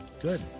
Good